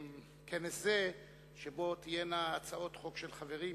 הבא, אה,